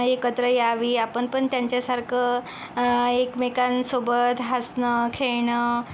एकत्र यावी आपण पण त्यांच्यासारखं एकमेकांसोबत हसणंं खेळणंं